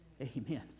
Amen